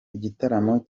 igitaramo